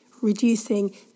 reducing